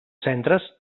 centres